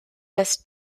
das